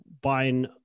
buying